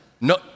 no